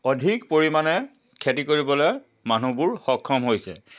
অধিক পৰিমাণে খেতি কৰিবলৈ মানুহবোৰ সক্ষম হৈছে